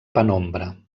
penombra